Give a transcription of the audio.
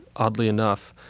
oddly enough,